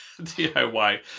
DIY